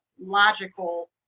logical